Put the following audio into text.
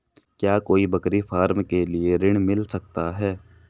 क्या कोई बकरी फार्म के लिए ऋण मिल सकता है?